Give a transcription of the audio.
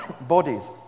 bodies